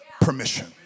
permission